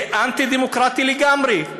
זה אנטי-דמוקרטי לגמרי,